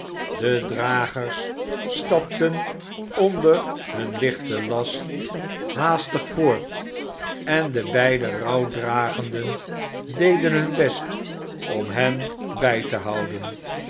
de dragers stapten onder hun lichten last haastig voort en de beide rouwdragenden deden hun best om hen bij te houden